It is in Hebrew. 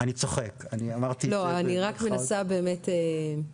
אני צוחק, אני אמרתי את זה בצחוק.